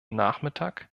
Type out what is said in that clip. nachmittag